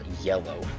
yellow